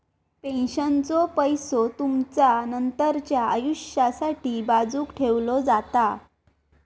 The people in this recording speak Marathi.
पेन्शनचो पैसो तुमचा नंतरच्या आयुष्यासाठी बाजूक ठेवलो जाता